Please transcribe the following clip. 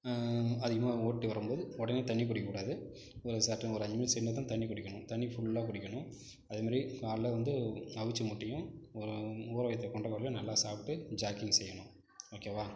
அதிகமா ஓடிட்டு வரும் போது உடனே தண்ணி குடிக்கக்கூடாது ஒரு செர்டைன் ஒரு அஞ்சு நிம் சிண்டு தான் தண்ணி குடிக்கணும் தண்ணி ஃபுல்லா குடிக்கணும் அது மாதிரி காலைல வந்து அவித்த முட்டையும் ஊற வைத்த கொண்டக்கடலையும் நல்லா சாப்பிட்டு ஜாக்கிங் செய்யணும் ஓகேவா